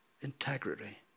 integrity